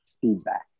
Feedback